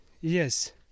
Yes